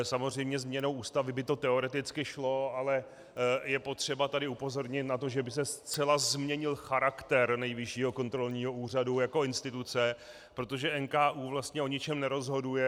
Samozřejmě změnou Ústavy by to teoreticky šlo, ale je potřeba tady upozornit na to, že by se zcela změnil charakter Nejvyššího kontrolního úřadu jako instituce, protože NKÚ vlastně o ničem nerozhoduje.